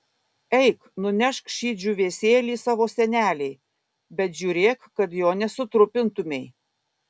eik nunešk šį džiūvėsėlį savo senelei bet žiūrėk kad jo nesutrupintumei